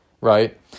right